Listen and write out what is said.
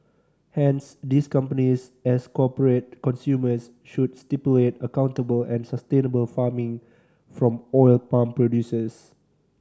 hence these companies as corporate consumers should stipulate accountable and sustainable farming from oil palm producers